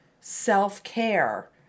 self-care